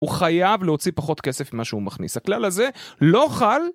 הוא חייב להוציא פחות כסף ממה שהוא מכניס, הכלל הזה לא חל.